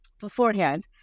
beforehand